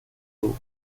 d’eau